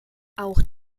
auch